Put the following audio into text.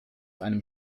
einem